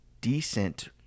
decent